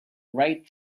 right